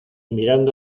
mirando